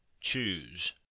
choose